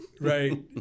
right